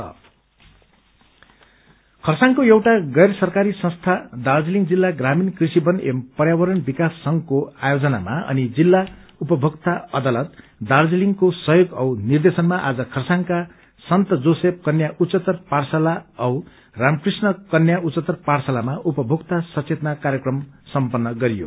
awareness programme खरसाङको एउटा गैर सरकारी संस्था दार्जीलिङ जिल्ला ग्रामीण कृषिवन एवं पर्यावरण विकास संघको आयोजनामा अनि जिल्ला उपमोक्ता अदालत दार्जीलिङको सहयोग औ निर्देशनमा आज खरसाङका सन्त जोसेफ कन्या उच्चतर पाठशाला औ रामकृष्ण कन्या उच्चतर पाठशालामा उपभोक्ता सचेतना कार्यक्रम सम्पन्न गरियो